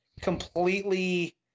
completely